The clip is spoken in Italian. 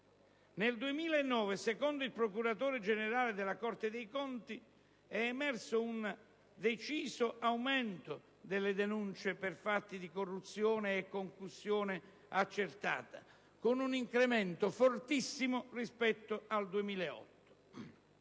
Nel 2009 - secondo il procuratore generale della Corte dei conti - è emerso un deciso aumento delle denunce per fatti di corruzione e concussione accertati, con un incremento fortissimo rispetto al 2008.